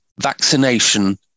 vaccination